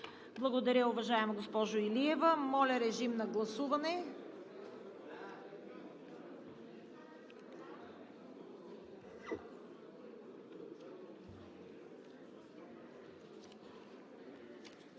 Благодаря, уважаема госпожо Илиева. Моля, режим на гласуване.